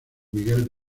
miguel